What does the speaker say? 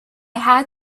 had